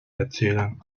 erzählen